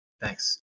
Thanks